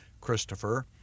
Christopher